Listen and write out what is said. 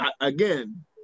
again